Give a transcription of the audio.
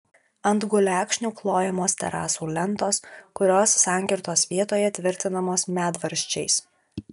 ant gulekšnių klojamos terasų lentos kurios sankirtos vietoje tvirtinamos medvaržčiais